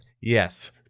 Yes